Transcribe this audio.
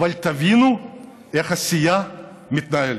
אבל תבינו איך הסיעה מתנהלת.